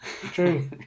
True